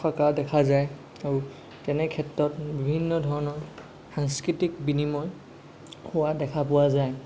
থকা দেখা যায় আৰু তেনে ক্ষেত্ৰত বিভিন্ন ধৰণৰ সাংস্কৃতিক বিনিময় হোৱা দেখা পোৱা যায়